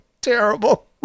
terrible